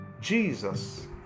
jesus